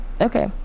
Okay